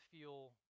feel